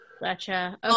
Gotcha